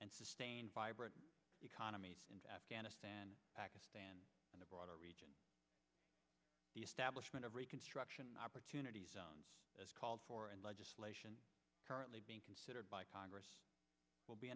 and sustain vibrant economies into afghanistan pakistan and the broader region the establishment of reconstruction opportunity zones as called for and legislation currently being considered by congress will be